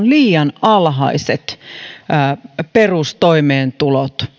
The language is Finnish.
liian alhaiset perustoimeentulot